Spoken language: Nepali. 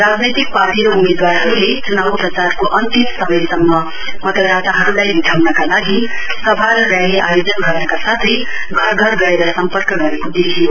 राजनैतिक पार्टी र उम्मेदवारहरुले चुनाउ प्रचारको अन्तिम समयसम्म मतदाताहरुलाई रिझाउनका लागि सभा र रेली आयजन गर्नका साथै घर घर गएर सम्पर्क गरेको देखियो